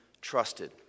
trusted